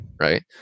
Right